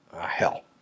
hell